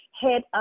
head